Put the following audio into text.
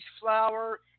flour